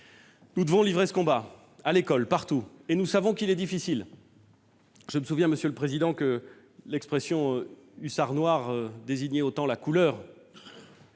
Nous devons livrer ce combat à l'école, partout, et nous savons qu'il est difficile. Je me souviens, monsieur le président, que l'expression « hussards noirs » désignait autant la couleur